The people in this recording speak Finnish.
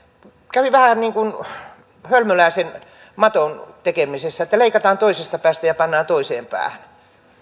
kävi vähän niin kuin hölmöläisen maton tekemisessä että leikataan toisesta päästä ja pannaan toiseen päähän